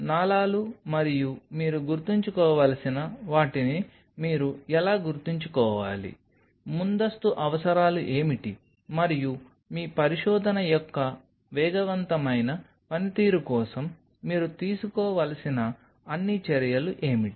నాళాలు మరియు మీరు గుర్తుంచుకోవలసిన వాటిని మీరు ఎలా గుర్తుంచుకోవాలి ముందస్తు అవసరాలు ఏమిటి మరియు మీ పరిశోధన యొక్క వేగవంతమైన పనితీరు కోసం మీరు తీసుకోవలసిన అన్ని చర్యలు ఏమిటి